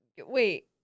Wait